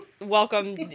Welcome